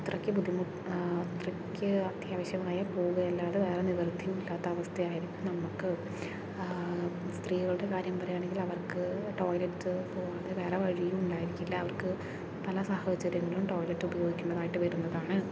അത്രയ്ക്ക് ബുദ്ധിമുട്ട് അത്രയ്ക്ക് അത്യാവശ്യമായാൽ പോവുകയല്ലാതെ വേറെ നിവർത്തി ഇല്ലാത്ത അവസ്ഥയായിരിക്കും നമുക്ക് സ്ത്രീകളുടെ കാര്യം പറയുകയാണെങ്കിൽ അവർക്ക് ടോയിലറ്റ് പോകുന്നത് വേറെ വഴിയും ഉണ്ടായിരിക്കില്ല അവർക്ക് പല സാഹചര്യങ്ങളും ടോയിലറ്റ് ഉപയോഗിക്കണ്ടതായിട്ട് വരുന്നതാണ്